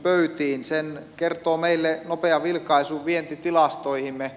sen kertoo meille nopea vilkaisu vientitilastoihimme